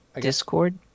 Discord